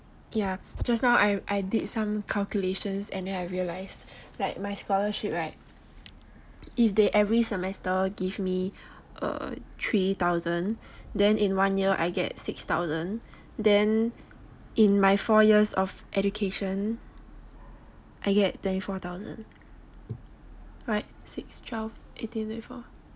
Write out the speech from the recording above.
ya just now I did some calculations and then I realised like my scholarship right if they every semester give me uh three thousand then in one year I get six thousand then in my four years of education I get twenty four thousand right six twelve eighteen twenty four